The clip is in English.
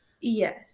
Yes